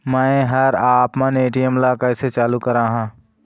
मैं हर आपमन ए.टी.एम ला कैसे चालू कराहां?